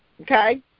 Okay